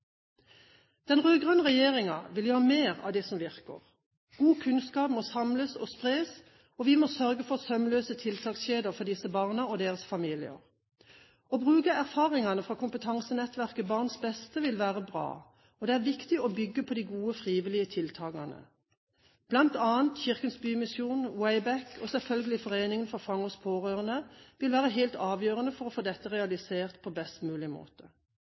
Den rød-grønne regjeringen vil gjøre mer av det som virker. God kunnskap må samles og spres, og vi må sørge for sømløse tiltakskjeder for disse barna og deres familier. Å bruke erfaringene fra kompetansenettverket BarnsBeste vil være bra, og det er viktig å bygge på de gode, frivillige tiltakene. Blant annet Kirkens Bymisjon, Wayback og selvfølgelig foreningen For Fangers Pårørende vil være helt avgjørende for å få dette realisert på best mulig måte.